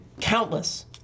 countless